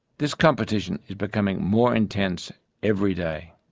this competition is becoming more intense every day.